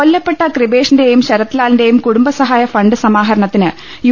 കൊല്ലപ്പെട്ട കൃപേഷിന്റെയും ശരത്ലാലിന്റെയും കുടുംബ സഹായ ഫണ്ട് സമാഹരണത്തിന് യു